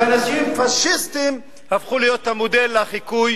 שאנשים פאשיסטים הפכו להיות מודל לחיקוי,